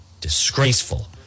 Disgraceful